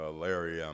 Larry